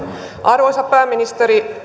arvoisa pääministeri